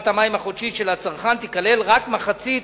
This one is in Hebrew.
המים החודשית של הצרכן תיכלל רק מחצית